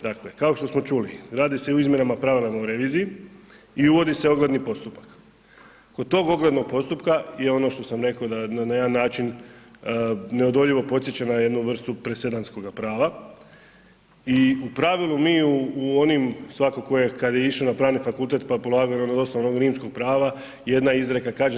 Dakle kao što smo čuli, radi se izmjenama na pravovremenoj reviziji i uvodi se ogledni postupak, kod tog oglednog postupka je ono što sam rekao da na jedan način neodoljivo podsjeća na jednu vrstu presedanskoga prava i u pravilu mi u onim svako tko je kad je išao na Pravni fakultet pa polagao ... rimskog prava, jedna izreka kaže